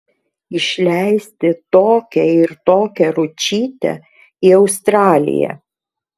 išleisti tokią ir tokią ručytę į australiją